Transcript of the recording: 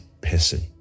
person